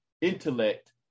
intellect